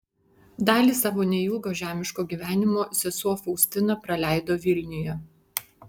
dalį savo neilgo žemiško gyvenimo sesuo faustina praleido vilniuje